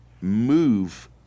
move